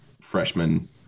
freshman